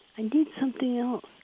i need something else